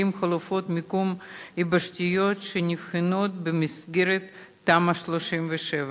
חלופות מיקום יבשתיות שנבחנות במסגרת תמ"א 37,